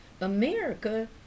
America